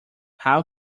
how